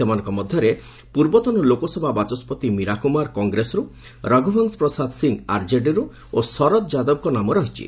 ସେମାନଙ୍କ ମଧ୍ୟରେ ପୂର୍ବତନ ଲୋକସଭା ବାଚସ୍କତି ମୀରା କୁମାର କଂଗ୍ରେସରୁ ରଘୁବଂଶ ପ୍ରସାଦ ସିଂ ଆରଜେଡିରୁ ଓ ଶରଦ ଯାଦବଙ୍କ ନାମ ରହିଛି